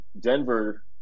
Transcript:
Denver